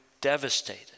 devastated